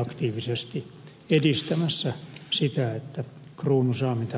aktiivisesti edistämässä sitä että kruunu saa mitä kruunulle kuuluu